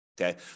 Okay